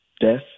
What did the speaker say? death